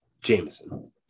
Jameson